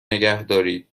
نگهدارید